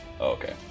Okay